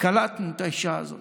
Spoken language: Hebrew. וקלטנו את האישה הזאת,